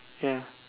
ya